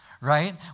right